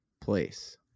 place